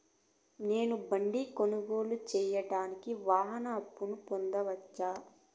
నేను బండి కొనుగోలు సేయడానికి వాహన అప్పును పొందవచ్చా?